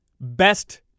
best